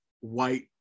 white